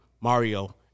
Mario